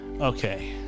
okay